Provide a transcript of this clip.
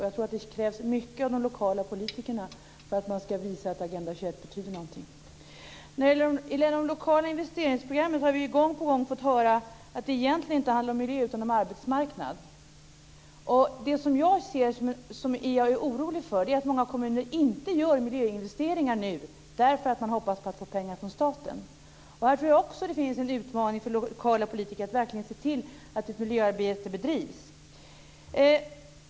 Jag tror att det krävs mycket av de lokala politikerna för att kunna visa att Agenda 21 betyder någonting. När det gäller de lokala investeringsprogrammen har vi gång på gång fått höra att de egentligen inte handlar om miljö utan om arbetsmarknad. Jag är orolig för att många kommuner inte gör miljöinvesteringar nu därför att de hoppas på att få pengar från staten. Jag tror att det är en utmaning för lokala politiker att verkligen se till att ett miljöarbete bedrivs.